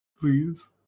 Please